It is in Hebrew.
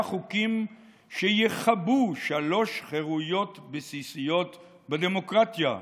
חוקים שיכבו שלוש חירויות בסיסיות בדמוקרטיה.